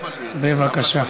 בבקשה.